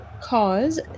cause